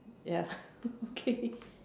ya okay